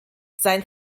sein